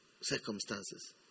circumstances